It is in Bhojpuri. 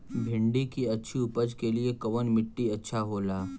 भिंडी की अच्छी उपज के लिए कवन मिट्टी अच्छा होला?